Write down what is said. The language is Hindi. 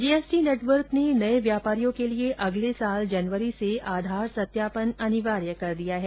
जीएसटी नेटवर्क ने नए व्यापारियों के लिए अगले वर्ष जनवरी से आधार सत्यापन अनिवार्य कर दिया है